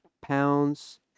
pounds